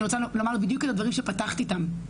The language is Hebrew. אני רוצה להגיד בדיוק אלו הדברים שפתחת איתם,